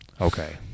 Okay